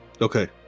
okay